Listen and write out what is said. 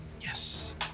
yes